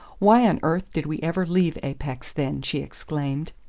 why on earth did we ever leave apex, then? she exclaimed.